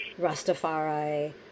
Rastafari